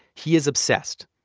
he is obsessed.